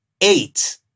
eight